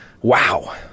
wow